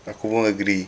aku pun agree